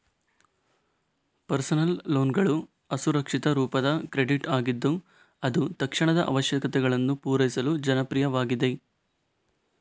personal ಲೋನ್ಗಳು ಅಸುರಕ್ಷಿತ ರೂಪದ ಕ್ರೆಡಿಟ್ ಆಗಿದ್ದು ಅದು ತಕ್ಷಣದ ಅವಶ್ಯಕತೆಗಳನ್ನು ಪೂರೈಸಲು ಜನಪ್ರಿಯವಾಗಿದೆ